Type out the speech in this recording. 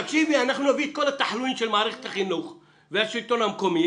אנחנו נביא את כל התחלואים של מערכת החינוך והשלטון המקומי